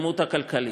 להתקדמות הכלכלית.